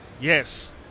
Yes